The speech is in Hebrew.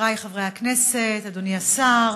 חבריי חברי הכנסת, אדוני השר,